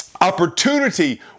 opportunity